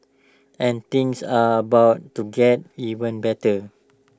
and things are about to get even better